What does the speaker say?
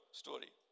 story